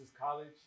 college